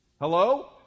hello